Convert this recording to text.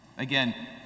Again